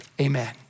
amen